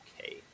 okay